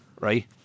right